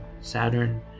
Saturn